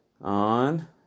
on